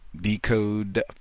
decode